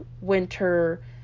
winter